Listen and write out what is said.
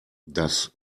das